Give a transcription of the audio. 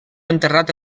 enterrat